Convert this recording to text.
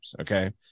okay